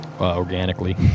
organically